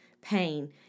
pain